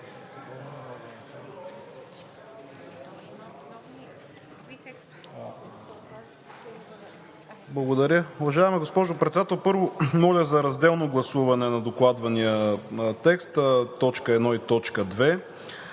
Благодаря. Уважаема госпожо Председател, първо, моля за разделно гласуване на докладвания текст по т. 1 и т. 2,